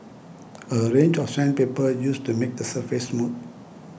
a range of sandpaper used to make the surface smooth